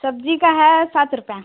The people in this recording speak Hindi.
सब्जी का है सात रुपये